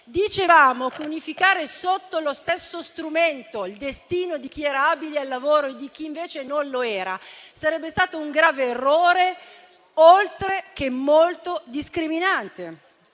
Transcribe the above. dicevamo che unificare sotto lo stesso strumento il destino di chi era abile al lavoro e di chi invece non lo era sarebbe stato un grave errore, oltre che molto discriminante;